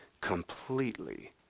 completely